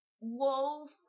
wolf